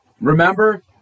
Remember